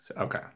Okay